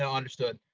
and understood.